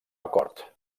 acord